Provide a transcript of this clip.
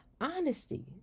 Honesty